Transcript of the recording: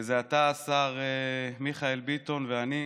אתה, השר מיכאל ביטון, ואני.